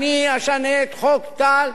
אני אשנה את חוק טל,